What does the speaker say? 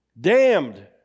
damned